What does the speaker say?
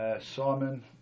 Simon